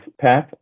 path